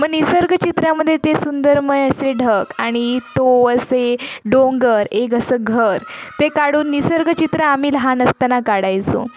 मग निसर्गचित्रामध्ये ते सुंदरमय असे ढग आणि तो असे डोंगर एक असं घर ते काढून निसर्गचित्र आम्ही लहान असताना काढायचो